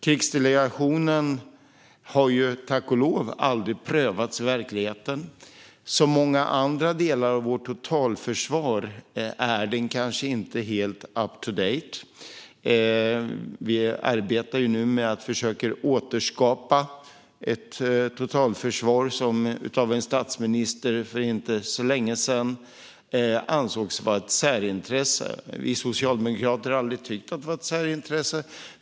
Krigsdelegationen har ju tack och lov aldrig prövats i verkligheten. Som många andra delar av vårt totalförsvar är den kanske inte helt up-to-date. Vi arbetar nu med att försöka återskapa det totalförsvar som av en statsminister för inte så länge sedan ansågs vara ett särintresse. Vi socialdemokrater har aldrig tyckt att det var ett särintresse.